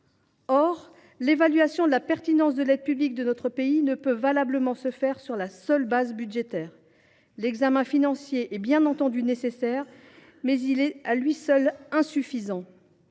Or l’évaluation de la pertinence de l’aide publique de notre pays ne peut valablement se faire au travers du seul prisme budgétaire. L’examen financier est bien entendu nécessaire, mais il est insuffisant.